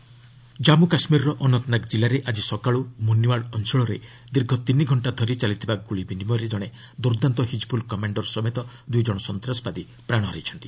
ଜାନ୍ଧୁ କାଶ୍ମୀର ଜାଞ୍ଚୁ କାଶ୍ମୀର ଅନନ୍ତନାଗ ଜିଲ୍ଲାରେ ଆଜି ସକାଳୁ ମୁନିଓ୍ବାଡ ଅଞ୍ଚଳରେ ଦୀର୍ଘ ତିନିଘଣ୍ଟା ଧରି ଚାଲିଥିବା ଗୁଳି ବିନିମୟରେ ଜଣେ ଦୁର୍ଦ୍ଦାନ୍ତ ହିଜିବୁଲ୍ କମାଣ୍ଡର ସମେତ ଦୁଇଜଣ ସନ୍ତାସବାଦୀ ପ୍ରାଣ ହରାଇଛନ୍ତି